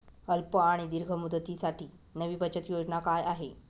अल्प आणि दीर्घ मुदतीसाठी नवी बचत योजना काय आहे?